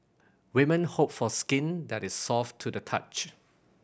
women hope for skin that is soft to the touch